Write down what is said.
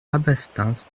rabastens